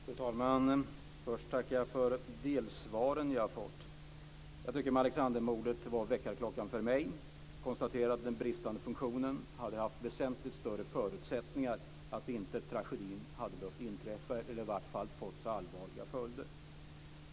Fru talman! Först tackar jag för delsvaren jag fått. Malexandermorden var väckarklockan för mig. Jag konstaterar att det fanns en bristande funktion. Utan den hade det funnits väsentligt större förutsättningar för att tragedin inte hade behövt inträffa eller i vart fall inte fått så allvarliga följder.